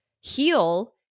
heal